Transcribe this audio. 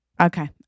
Okay